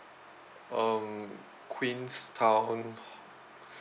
um queenstown